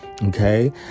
Okay